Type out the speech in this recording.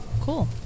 cool